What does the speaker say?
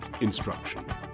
instruction